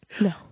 No